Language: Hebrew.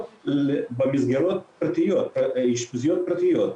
באשפוזיות פרטיות.